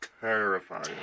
terrifying